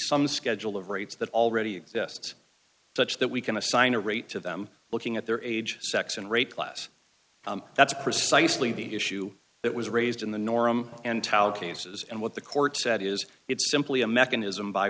some schedule of rates that already exists such that we can assign a rate to them looking at their age sex and rape class that's precisely the issue that was raised in the norm and cases and what the court said is it's simply a mechanism by